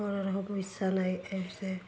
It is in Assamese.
পইচা নাই হৈছে